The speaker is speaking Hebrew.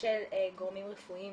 של גורמים רפואיים